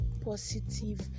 positive